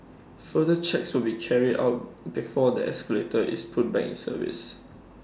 further checks will be carried out before the escalator is put back in service